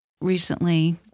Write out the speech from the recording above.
recently